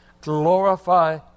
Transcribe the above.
Glorify